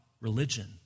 religion